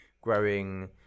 growing